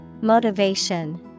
Motivation